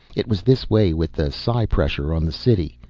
it was this way with the psi pressure on the city.